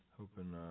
hoping